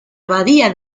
abadía